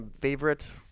favorite